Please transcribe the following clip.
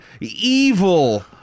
evil